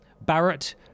Barrett